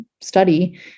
study